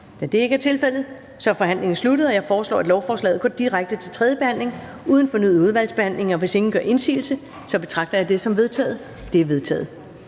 Da det ikke er tilfældet, er forhandlingen sluttet. Jeg foreslår, at lovforslaget går direkte til tredje behandling uden fornyet udvalgsbehandling. Hvis ingen gør indsigelse, betragter jeg det som vedtaget. Det er vedtaget.